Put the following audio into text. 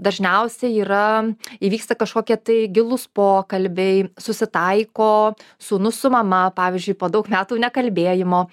dažniausiai yra įvyksta kažkokie tai gilūs pokalbiai susitaiko sūnus su mama pavyzdžiui po daug metų nekalbėjimo